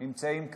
נמצאים כאן,